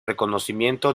reconocimiento